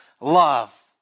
love